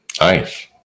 Nice